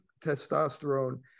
testosterone